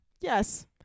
yes